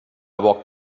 walked